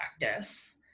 practice